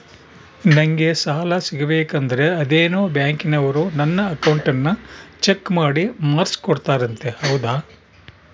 ನಂಗೆ ಸಾಲ ಸಿಗಬೇಕಂದರ ಅದೇನೋ ಬ್ಯಾಂಕನವರು ನನ್ನ ಅಕೌಂಟನ್ನ ಚೆಕ್ ಮಾಡಿ ಮಾರ್ಕ್ಸ್ ಕೊಡ್ತಾರಂತೆ ಹೌದಾ?